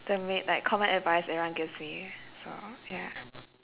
the main like common advice everyone gives me so ya